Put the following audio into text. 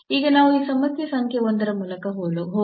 ಈಗ ನಾವು ಈ ಸಮಸ್ಯೆ ಸಂಖ್ಯೆ 1 ರ ಮೂಲಕ ಹೋಗೋಣ